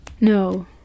No